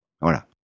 Voilà